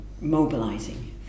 mobilizing